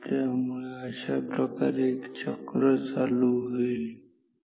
त्यामुळे अशाप्रकारे एक चक्र चालू होईल